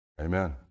Amen